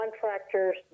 contractors